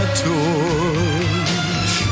torch